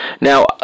Now